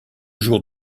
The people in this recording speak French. jours